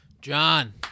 John